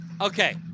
Okay